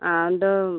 ആ ഉണ്ട്